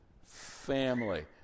family